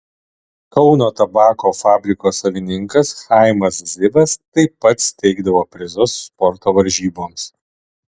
kauno tabako fabriko savininkas chaimas zivas taip pat steigdavo prizus sporto varžyboms